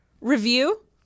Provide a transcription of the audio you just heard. review